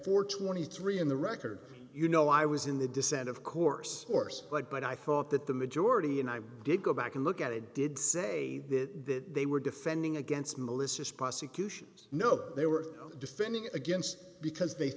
and twenty three in the record you know i was in the dissent of course course but but i thought that the majority and i did go back and look at it did say that they were defending against malicious prosecution no they were defending against because they